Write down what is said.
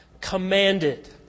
commanded